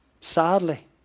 Sadly